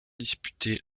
disputée